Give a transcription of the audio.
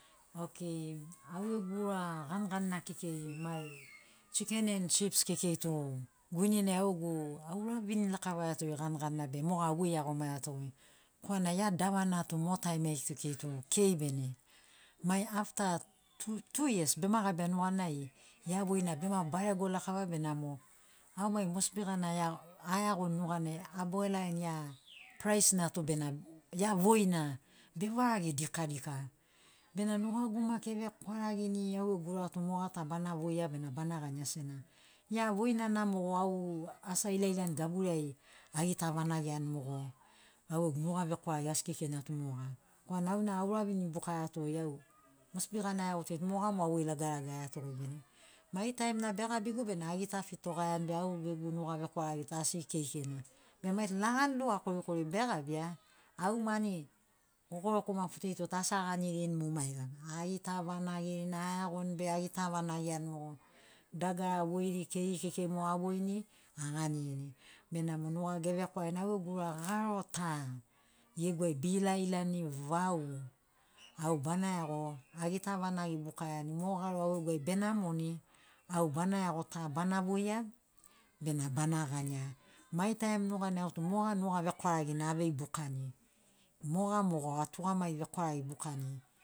Okei au gegu ura ganigani na kekei mai chiken en chips kekei tu guinenai au gegu auravini lakavaiato ganiganina be moga avoi iagomaeato korana ia davana tu mo taimi ai kekei tu kei bene mai afta tu yas bema gabia nuganai ia voina bema barego lakava benamo au mai mosbi gana ea aeagoni nuganai abogelageni ia prais na tu bena ia voina bevarage dikadika bena nugagu maki evekwaragini au gegu ura tu moga ta bana voia bena bana gania sena ia voina na mo au asi ailailani gaburiai agita vanagiani mogo au gegu nuga vekwaragi asi keikeina tu moga korana auna aura vinibukaiato au mosbi gana aeagoto moga mo avoi lagalagaiato goi bene mai taim na begabigu bena agitafitogaiani be au gegu nuga vekwaragi tu asi keikeina be maitu lagani lua korikori begabia au mani kokoru ma puteto asi aganirini mu maiga agita vanagini aeagonin be agita vanagiani mogo dagara voiri keiri kekei mo avoirini aganirini benamo nugagu evekwaragini au gegu ura garo ta gegu ai beilailani vau au bana iago agita vanagi bukaiani mo garo au gegu ai benamoni au bana iago ta bana voia bena bana gania mai taim nuganai autu moga nuga vekwaragina avei bukani moga mogo atugamagi vekwaragi bukani.